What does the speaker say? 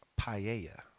paella